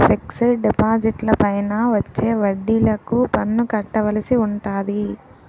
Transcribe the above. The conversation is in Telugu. ఫిక్సడ్ డిపాజిట్లపైన వచ్చే వడ్డిలకు పన్ను కట్టవలసి ఉంటాది